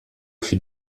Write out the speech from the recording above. fut